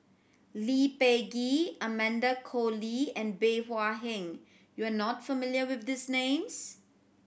Lee Peh Gee Amanda Koe Lee and Bey Hua Heng you are not familiar with these names